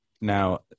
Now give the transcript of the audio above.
Now